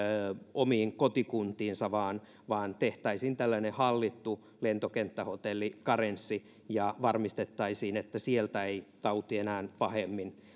omiin kotikuntiinsa vaan vaan tehtäisiin tällainen hallittu lentokenttähotellikarenssi ja varmistettaisiin että sieltä tauti ei enää pahemmin